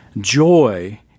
Joy